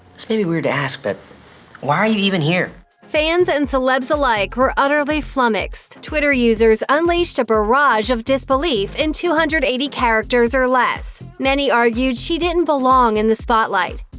this may be weird to ask, but why are you even here? fans and celebs alike were utterly flummoxed. twitter users unleashed a barrage of disbelief in two hundred and eighty characters or less. many argued she didn't belong in the spotlight.